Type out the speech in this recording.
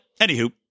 anywho